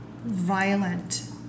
violent